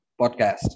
podcast